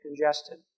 congested